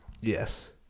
Yes